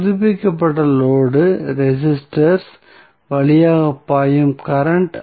புதுப்பிக்கப்பட்ட load resistors வழியாக இப்போது பாயும் கரண்ட்